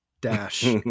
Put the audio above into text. Dash